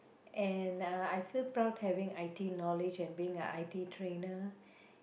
and uh I feel proud having I_T knowledge and being a I_T trainer